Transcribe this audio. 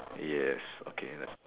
yes okay